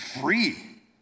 free